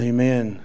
Amen